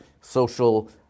social